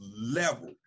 level